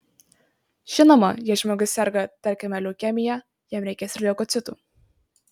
žinoma jei žmogus serga tarkime leukemija jam reikės ir leukocitų